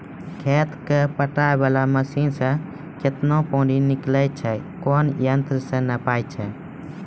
खेत कऽ पटाय वाला मसीन से केतना पानी निकलैय छै कोन यंत्र से नपाय छै